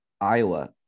Iowa